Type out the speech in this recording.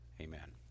Amen